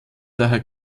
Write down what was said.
daher